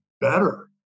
better